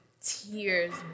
tears